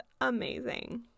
amazing